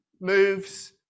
moves